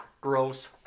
gross